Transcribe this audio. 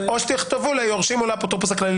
או שתכתבו "ליורשים או לאפוטרופוס הכללי,